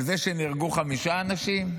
על זה שנהרגו חמשיה אנשים?